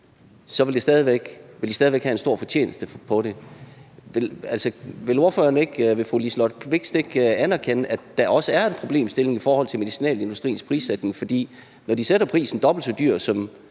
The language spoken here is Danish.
væk ville have en stor fortjeneste på det. Vil fru Liselott Blixt ikke anerkende, at der også er en problemstilling i forhold til medicinalindustriens prissætning, for hvis de satte prisen til at være dobbelt så dyr, som